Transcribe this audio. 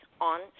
on